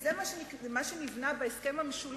האם מעסיק ששיחק עם כספי המפעל